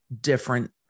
different